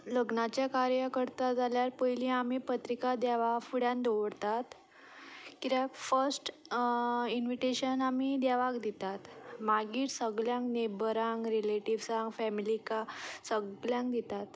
लग्नाचें कार्य करता जाल्यार पयलीं आमी पत्रिका देवा फुड्यांत दवरतात कित्याक फर्स्ट इन्विटेशन आमी देवाक दितात मागीर सगळ्यांक न्हेबरांक रिलेटिव्हसांक फेमिलीका सगळ्यांक दितात